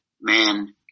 man